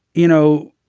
you know,